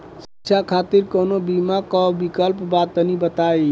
शिक्षा खातिर कौनो बीमा क विक्लप बा तनि बताई?